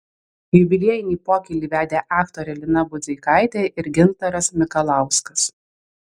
jubiliejinį pokylį vedė aktorė lina budzeikaitė ir gintaras mikalauskas